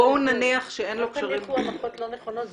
בואו נניח --- אל תניחו הנחות לא נכונות.